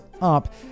up